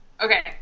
okay